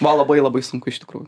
buvo labai labai sunku iš tikrųjų